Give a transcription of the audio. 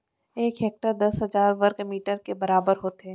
एक हेक्टर दस हजार वर्ग मीटर के बराबर होथे